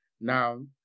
Now